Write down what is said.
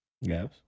Yes